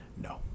No